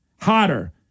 hotter